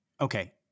Okay